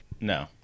No